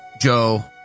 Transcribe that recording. Joe